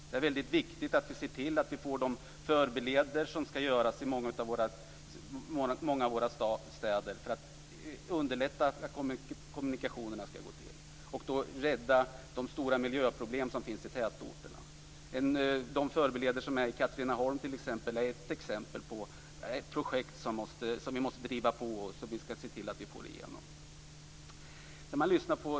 Det är mycket viktigt att vi ser till att vi får de förbifarter som skall göras i många av våra städer för att underlätta kommunikationerna och komma till rätta med de stora miljöproblem som finns i tätorterna. Förbifarterna i Katrineholm är ett exempel på ett projekt som vi måste driva på för att få igenom.